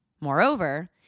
Moreover